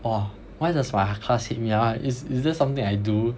!wah! why does my class hate me ah is is there something I do